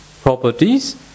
properties